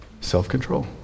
Self-control